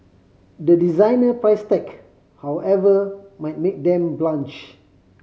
the designer price tag however might make them blanch